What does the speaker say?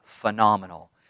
phenomenal